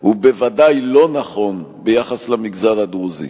הוא בוודאי לא נכון ביחס למגזר הדרוזי.